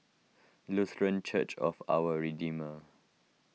Lutheran Church of Our Redeemer